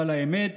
אבל האמת,